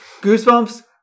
Goosebumps